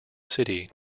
city